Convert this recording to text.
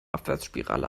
abwärtsspirale